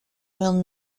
will